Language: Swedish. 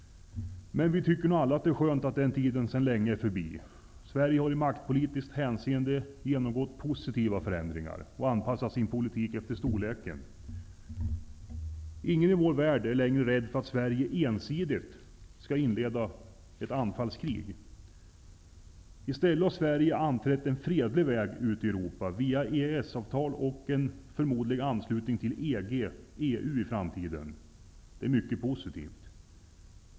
Men vi tycker nog alla att det är skönt att den tiden sedan länge är förbi. Sverige har i maktpolitiskt hänseende genomgått positiva förändringar och anpassat sin politik efter storleken. Ingen i vår värld är längre rädd för att Sverige ensidigt skall inleda ett anfallskrig. I stället har Sverige anträtt en fredlig väg ut i Europa, via EES-avtal och en förmodad anslutning till EG, i framtiden EU. Det är mycket positivt.